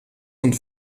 und